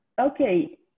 okay